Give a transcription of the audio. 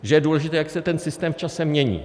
Že je důležité, jak se ten systém v čase mění.